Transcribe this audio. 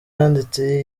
yanditse